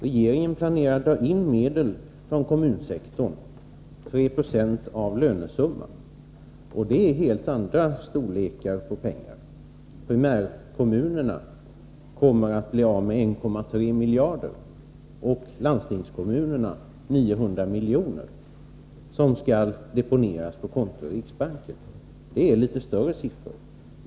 Regeringen planerar att dra in medel från kommunsektorn, tre procent av lönesumman. Det är av en helt annan storleksordning när det gäller penningsummor. Primärkommunerna kommer att bli av med 1,3 miljarder kronor och landstingskommunerna med 900 milj.kr., som skall deponeras på konto i riksbanken. Det är litet större siffror.